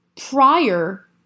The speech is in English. prior